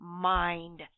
mind